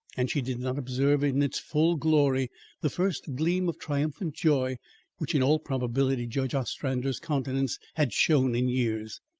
and she did not observe in its full glory the first gleam of triumphant joy which, in all probability, judge ostrander's countenance had shown in years.